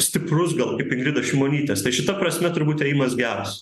stiprus gal kaip ingridos šimonytės tai šita prasme turbūt ėjimas geras